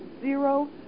zero